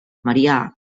marià